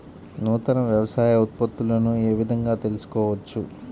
నూతన వ్యవసాయ ఉత్పత్తులను ఏ విధంగా తెలుసుకోవచ్చు?